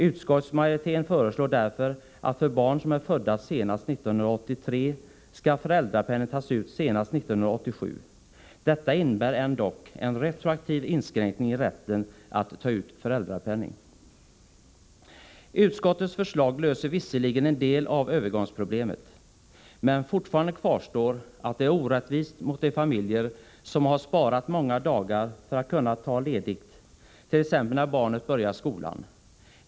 Utskottsmajoriteten föreslår därför att för barn som är födda senast 1983 skall föräldrapenning tas ut senast 1987. Det innebär ändock en retroaktiv inskränkning i rätten att ta ut föräldrapenningen. Utskottets förslag löser visserligen en del av övergångsproblemet. Men fortfarande kvarstår att det är orättvist mot de familjer som har sparat många dagar för att kunna ta ledigt t.ex. när barnet börjar skolan.